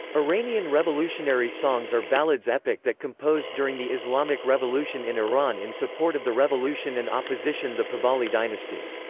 iranian revolutionary songs are ballads epic that composed during the islamic revolution in iran in support of the revolution and opposition the pahlavi dynasty.